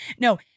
No